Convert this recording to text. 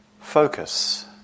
focus